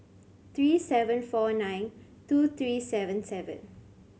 three seven four nine two three seven seven